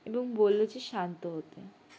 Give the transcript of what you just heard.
এবং বলল যে শান্ত হতে